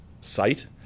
site